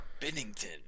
Bennington